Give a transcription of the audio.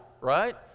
right